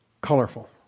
colorful